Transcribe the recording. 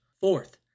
Fourth